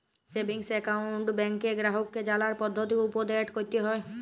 savings account ব্যাংকে গ্রাহককে জালার পদ্ধতি উপদেট ক্যরতে হ্যয়